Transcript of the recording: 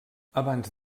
abans